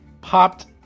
popped